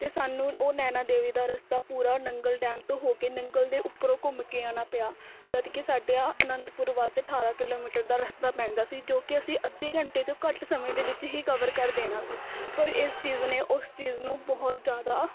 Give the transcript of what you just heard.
ਅਤੇ ਸਾਨੂੰ ਉਹ ਨੈਨਾ ਦੇਵੀ ਦਾ ਰਸਤਾ ਪੂਰਾ ਨੰਗਲ ਡੈਮ ਤੋਂ ਹੋ ਗਏ ਨੰਗਲ ਦੇ ਉੱਪਰੋਂ ਘੁੰਮ ਕੇ ਆਉਣਾ ਪਿਆ ਜਦ ਕਿ ਸਾਡੀਆਂ ਅਨੰਦਪੁਰ ਵੱਲ ਤਾਂ ਅਠਾਰ੍ਹਾਂ ਕਿਲੋਮੀਟਰ ਦਾ ਰਸਤਾ ਪੈਂਦਾ ਸੀ ਜੋ ਕਿ ਅਸੀਂ ਅੱਧੇ ਘੰਟੇ ਦੇ ਘੱਟ ਸਮੇਂ ਦੇ ਵਿੱਚ ਹੀ ਕਵਰ ਕਰ ਦੇਣਾ ਸੀ ਪਰ ਇਸ ਚੀਜ਼ ਨੇ ਉਸ ਚੀਜ਼ ਨੂੰ ਬਹੁਤ ਜ਼ਿਆਦਾ